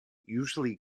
usually